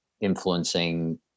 influencing